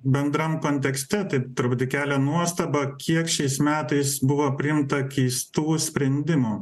bendram kontekste tai truputį kelia nuostabą kiek šiais metais buvo priimta keistų sprendimų